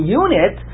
unit